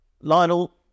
Lionel